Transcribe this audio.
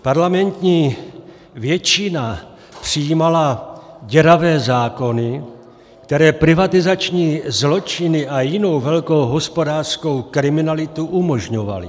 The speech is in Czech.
Parlamentní většina přijímala děravé zákony, které privatizační zločiny a jinou velkou hospodářskou kriminalitu umožňovaly.